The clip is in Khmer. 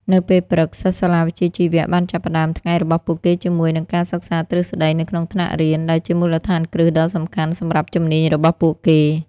នៅពេលព្រឹក សិស្សសាលាវិជ្ជាជីវៈបានចាប់ផ្តើមថ្ងៃរបស់ពួកគេជាមួយនឹងការសិក្សាទ្រឹស្តីនៅក្នុងថ្នាក់រៀន ដែលជាមូលដ្ឋានគ្រឹះដ៏សំខាន់សម្រាប់ជំនាញរបស់ពួកគេ។